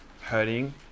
hurting